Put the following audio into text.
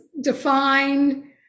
define